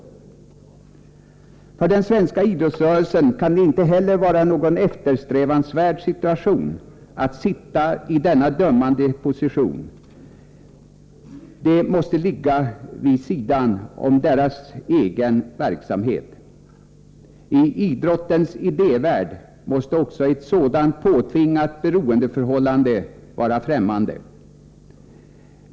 För den svenska idrottsrörelsen kan det inte heller vara eftersträvansvärt att sitta i denna dömande position. Det måste ligga vid sidan av deras egen verksamhet. I idrottens idévärld måste också ett sådant påtvingat beroendeförhållande vara främmande.